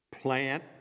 plant